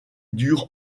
dure